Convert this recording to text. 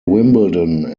wimbledon